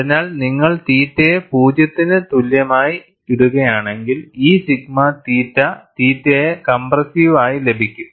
അതിനാൽ നിങ്ങൾ തീറ്റയെ 0 ന് തുല്യമായി ഇടുകയാണെങ്കിൽ ഈ സിഗ്മ തീറ്റ തീറ്റയെ കംപ്രസ്സീവ് ആയി ലഭിക്കും